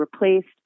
replaced